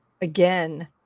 again